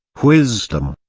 wisdom,